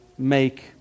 make